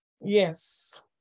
Yes